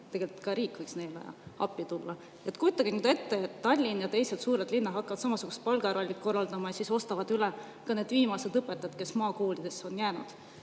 Tegelikult ka riik võiks neile appi tulla. Kujutage nüüd ette, et Tallinn ja teised suured linnad hakkavad samasugust palgarallit korraldama ja siis ostavad üle ka need viimased õpetajad, kes maakoolidesse on jäänud.